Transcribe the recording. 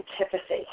antipathy